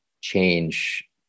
change